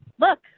Look